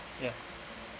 yeah